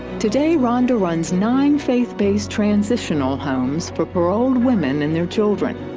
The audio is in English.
today rhonda runs nine faith-based transitional homes for parolled women and their children.